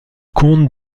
comte